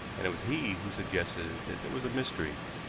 and it was he who suggested that there was a mystery.